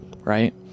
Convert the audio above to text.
right